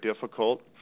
difficult